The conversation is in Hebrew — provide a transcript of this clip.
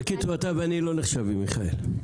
בקיצור, אתה ואני לא נחשבים, מיכאל.